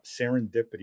Serendipity